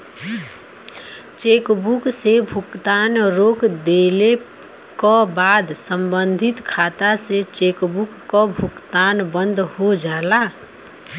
chequebook से भुगतान रोक देले क बाद सम्बंधित खाता से चेकबुक क भुगतान बंद हो जाला